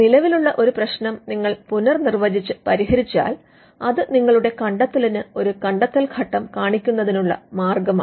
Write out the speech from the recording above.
നിലവിലുള്ള ഒരു പ്രശ്നം നിങ്ങൾ പുനർനിർവചിച്ച് പരിഹരിച്ചാൽ അത് നിങ്ങളുടെ കണ്ടത്തലിന് ഒരു കണ്ടെത്തൽഘട്ടം കാണിക്കുന്നതിനുള്ള ഒരു മാർഗമാണ്